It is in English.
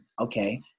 Okay